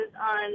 on